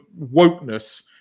wokeness